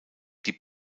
die